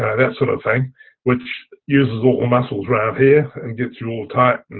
that sort of thing which uses all the muscles right up here and gets you all tight,